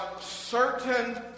certain